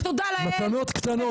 שתודה לאל --- מתנות קטנות.